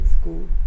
School